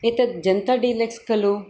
एतद् जनता डीलक्स् खलु